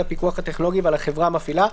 הפיקוח הטכנולוגי ועל החברה המפעילה,